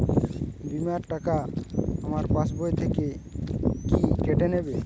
বিমার টাকা আমার পাশ বই থেকে কি কেটে নেবে?